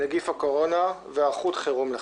נגיף הקורונה והיערכות חירום לכך.